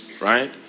Right